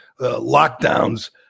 lockdowns